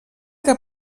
que